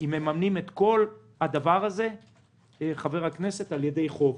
אם מממנים את כל הדבר הזה על-ידי חוב.